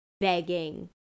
begging